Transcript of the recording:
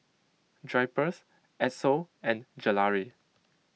Drypers Esso and Gelare